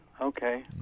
Okay